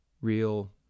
real